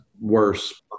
worse